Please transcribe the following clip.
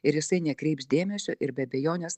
ir jisai nekreips dėmesio ir be abejonės